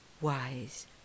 wise